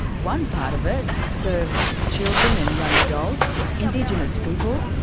one part of it serves children and young adults, indigenous people,